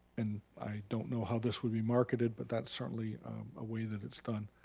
and i don't know how this would be marketed, but that's certainly a way that it's done.